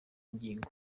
ngingo